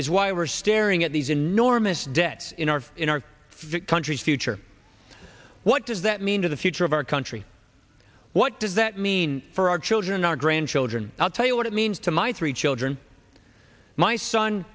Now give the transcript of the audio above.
is why we're staring at these enormous debts in our in our country's future what does that mean to the future of our country what does that mean for our children our grandchildren i'll tell you what it means to my three children my son